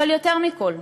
אבל יותר מכול,